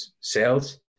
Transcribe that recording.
sales